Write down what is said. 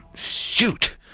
shoot.